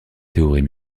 théorie